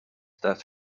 that